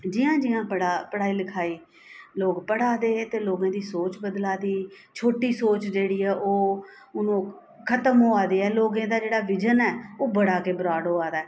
जि'यां जि'यां बड़ा पढ़ाई लखाई लोग पढ़ा दे ते लोगें दी सोच बदला दी छोटी सोच जेह्ड़ी ऐ ओह् हून खत्म होआ दी ऐ लोगें दा जेह्ड़ा विजन ऐ ओह बड़ा गै ब्रॉड होआ दा ऐ